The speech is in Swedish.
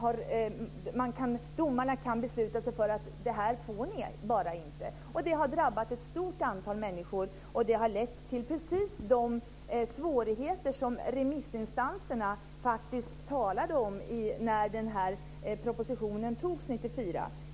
Domarna kan besluta sig för att de inte får det. Det har drabbat ett stort antal människor, och det har lett till precis de svårigheter som remissinstanserna faktiskt talade om när den här propositionen antogs 1994.